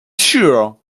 sure